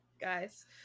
guys